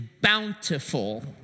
bountiful